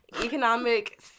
economic